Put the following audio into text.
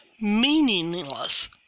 meaningless